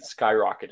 skyrocketed